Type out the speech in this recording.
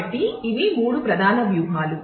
కాబట్టి ఇవి మూడు ప్రధాన వ్యూహాలు